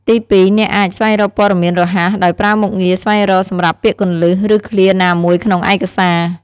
ទីពីរ អ្នកអាច ស្វែងរកព័ត៌មានរហ័ស ដោយប្រើមុខងារ ស្វែងរក សម្រាប់ពាក្យគន្លឹះ ឬឃ្លាណាមួយក្នុងឯកសារ។